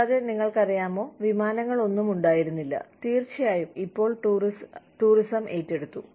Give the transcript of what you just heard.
കൂടാതെ നിങ്ങൾക്കറിയാമോ വിമാനങ്ങളൊന്നും ഉണ്ടായിരുന്നില്ല തീർച്ചയായും ഇപ്പോൾ ടൂറിസം ഏറ്റെടുത്തു